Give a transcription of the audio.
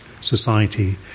society